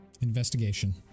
Investigation